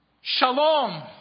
Shalom